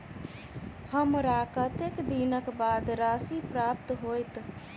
हमरा कत्तेक दिनक बाद राशि प्राप्त होइत?